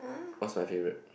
what is my favourite